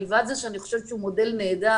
מלבד זה שאני חושבת שהוא מודל נהדר,